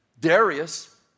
Darius